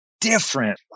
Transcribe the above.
different